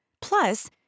Plus